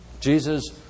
Jesus